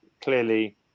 clearly